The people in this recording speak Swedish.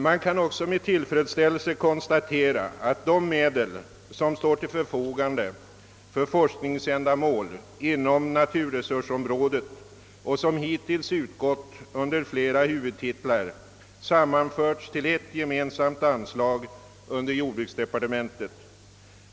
Man kan också med tillfredsställelse konstatera att de medel som står till förfogande för forskningsändamål inom naturresursområdet och som hittills har utgått under flera huvudtitlar nu sammanförts till ett gemensamt anslag under jordbruksdepartementet.